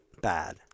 bad